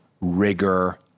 rigor